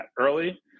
early